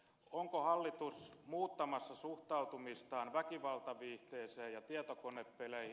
onko hallitus muuttamassa suhtautumistaan väkivaltaviihteeseen ja tietokonepeleihin